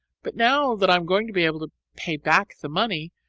but now that i am going to be able to pay back the money,